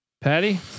Patty